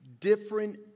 different